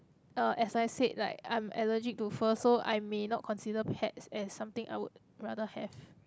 uh as I said like I am allergic to fur so I may not consider pets as something I would rather have